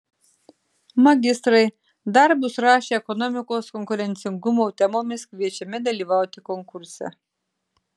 magistrai darbus rašę ekonomikos konkurencingumo temomis kviečiami dalyvauti konkurse